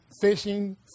fishing